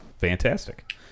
fantastic